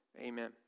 Amen